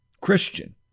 Christian